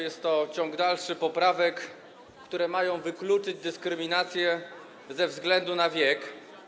Jest to ciąg dalszy poprawek, które mają wykluczyć dyskryminację ze względu na wiek.